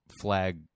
flag